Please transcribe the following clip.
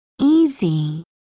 Easy